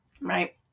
right